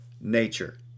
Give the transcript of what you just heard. nature